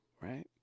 right